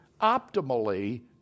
optimally